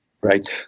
Right